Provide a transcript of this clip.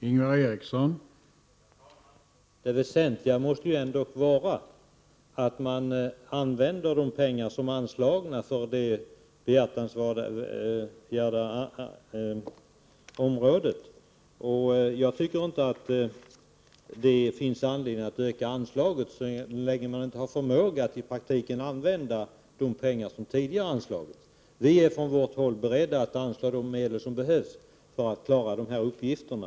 Herr talman! Det väsentliga måste ändock vara att man använder de pengar som är anslagna för det behjärtansvärda området. Jag tycker inte att det finns anledning att öka anslaget så länge man inte har förmåga att i praktiken använda de pengar som tidigare anslagits. Vi är från vårt håll beredda att anslå de medel som behövs för att man skall klara de här uppgifterna.